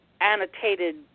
annotated